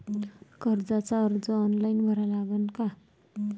कर्जाचा अर्ज ऑनलाईन भरा लागन का?